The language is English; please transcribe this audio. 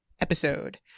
episode